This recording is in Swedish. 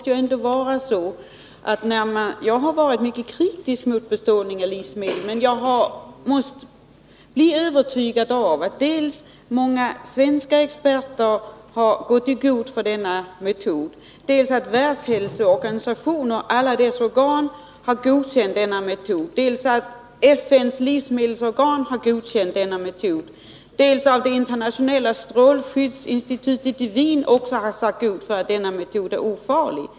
Jag har varit mycket kritisk mot bestrålning av livsmedel, men jag har blivit övertygad av dels att många svenska experter gått i god för denna metod, dels att Världshälsoorganisationen och alla dess organ godkänt metoden, dels att FN:s livsmedelsorgan godkänt metoden, dels att det internationella strålskyddsinstitutet i Wien också har gått i god för att metoden är ofarlig.